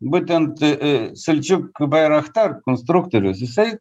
būtent į seldžiuk bairaktar konstruktorius jisai